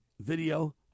video